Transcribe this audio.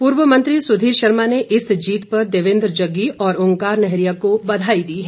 पूर्व मंत्री सुधीर शर्मा ने इस जीत पर देवेंद्र जग्गी और ओंकार नैहरिया को बधाई दी है